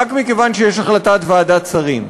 רק מכיוון שיש החלטת ועדת שרים.